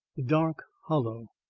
dark hollow